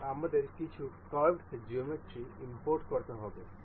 এবং আমাদের কিছু কার্ভড জিওমেট্রি ইমপোর্ট করতে হবে